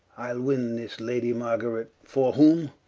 ile win this lady margaret. for whom?